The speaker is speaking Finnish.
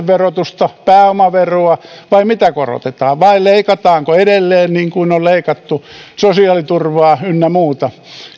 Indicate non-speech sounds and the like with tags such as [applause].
[unintelligible] verotusta pääomaveroa vai mitä korotetaan vai leikataanko edelleen niin kuin on leikattu sosiaaliturvaa ynnä muuta